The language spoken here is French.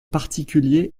particulier